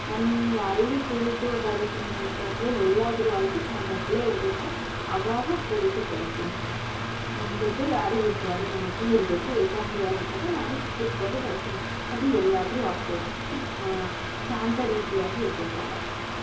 ನನ್ನ ಎಲ್ಲಿ ಕುಳಿತು ಬರಿತೀನಿ ಅಂತ ಅಂದರೆ ಎಲ್ಲಾದರೂ ಆಯಿತು ನಾನು ಒಬ್ಬಳೇ ಇರಬೇಕು ಆವಾಗ ಕುಳಿತು ಬರಿತೀನಿ ನನ್ನ ಜೊತೆ ಯಾರು ಇರಬಾರ್ದು ನಾನು ಒಬ್ಬಳೇ ಇರಬೇಕು ಏಕಾಂಗಿಯಾಗಿದ್ದಾಗ ನಾನು ಕೂತ್ಕೊಂಡು ಬರಿತೀನಿ ಅದು ಎಲ್ಲಾದರೂ ಆಗ್ಬೌದು ಶಾಂತ ರೀತಿಯಾಗಿ ಇರಬೇಕು ಆ ವಾತಾವರಣ